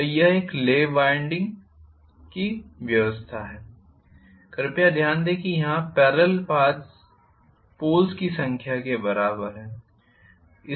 तो यह एक लैप वाइंडिंग की व्यवस्था है कृपया ध्यान दें कि यहाँ पेरलल पाथ्स की संख्या के बराबर है